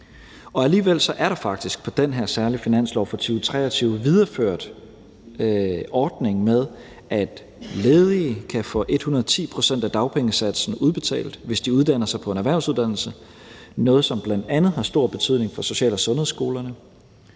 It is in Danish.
Alligevel er der faktisk på den her særlige finanslov for 2023 videreført en ordning med, at ledige kan få 110 pct. af dagpengesatsen udbetalt, hvis de uddanner sig på en erhvervsuddannelse – noget, som bl.a. har stor betydning for social- og sundhedsskolerne.